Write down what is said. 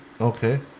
okay